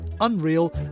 unreal